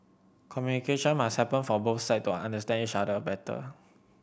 communication must happen for both side to understand each other better